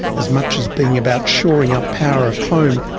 as much as being about shoring up power at home,